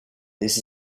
this